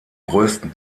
größten